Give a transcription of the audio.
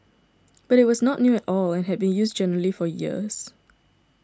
but it was not new at all and had been used generally for years